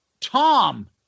Tom